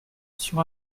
sur